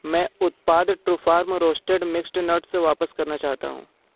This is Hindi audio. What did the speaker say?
मैं उत्पाद ट्रूफॉर्म रोस्टेड मिक्स्ड नट्स वापस करना चाहता हूँ